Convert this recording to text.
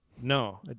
No